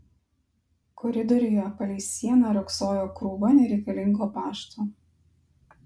koridoriuje palei sieną riogsojo krūva nereikalingo pašto